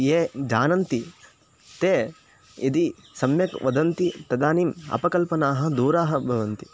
ये जानन्ति ते यदि सम्यक् वदन्ति तदानीम् अपकल्पनाः दूराः भवन्ति